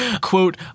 Quote